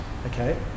Okay